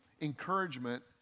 encouragement